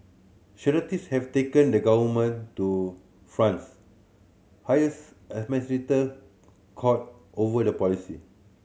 charities have taken the government to France highest administrate court over the policy